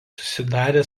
susidarė